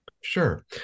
Sure